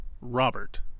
Robert